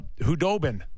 Hudobin